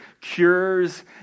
cures